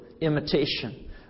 imitation